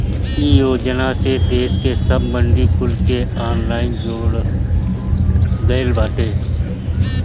इ योजना से देस के सब मंडी कुल के ऑनलाइन जोड़ल गईल बाटे